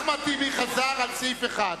אחמד טיבי חזר על סעיף 1,